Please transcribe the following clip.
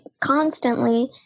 constantly